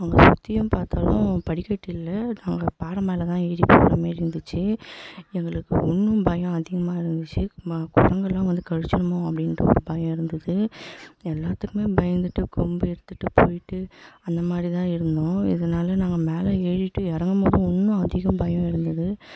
அங்கே சுற்றியும் பார்த்தாலும் படிக்கட்டு இல்லை நாங்கள் பாறை மேலேதான் ஏறிப்போகிற மாரி இருந்துச்சு எங்களுக்கு இன்னும் பயம் அதிகமாக இருந்துச்சு நம்மளை குரங்கெல்லாம் வந்து கடிச்சுடுமோ அப்படின்ட்டு ஒரு பயம் இருந்தது எல்லாத்துக்குமே பயந்துட்டு கொம்பு எடுத்துட்டு போய்ட்டு அந்தமாதிரிதான் இருந்தோம் இதனால நாங்கள் மேலே ஏறிட்டு இறங்கும்போது இன்னும் அதிகம் பயம் இருந்தது